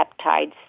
peptides